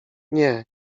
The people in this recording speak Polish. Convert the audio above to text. nie